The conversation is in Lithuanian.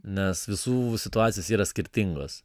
nes visų situacijos yra skirtingos